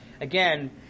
again